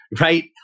right